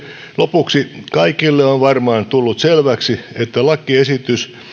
lopuksi kaikille on varmaan tullut selväksi että lakiesitys